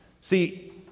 See